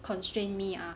constrain me ah